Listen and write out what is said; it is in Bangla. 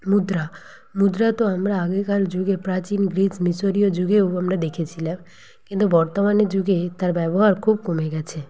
মুদ্রা মুদ্রা তো আমরা আগেকার যুগে প্রাচীন গ্রিস মিশরীয় যুগেও আমরা দেখেছিলাম কিন্তু বর্তমানের যুগে তার খুব কমে গেছে